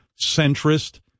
centrist